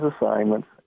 assignments